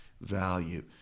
value